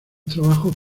trabajos